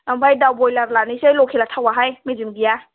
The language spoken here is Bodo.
ओमफ्राय दाउ बयलार लानोसै लकेलआ थावआहाय मेजेम गैया